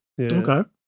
Okay